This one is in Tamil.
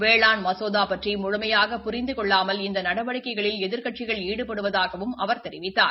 வேளாண் மனோதா பற்றி முழுமையாக புரிந்து கொள்ளாமல் இந்த நடவடிக்கைகளில் எதிர்க்கட்சிகள் ஈடுபடுவதாகவும் அவர் தெரிவித்தார்